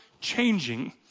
changing